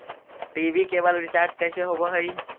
TV cable recharge कैसे होब हइ?